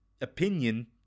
opinion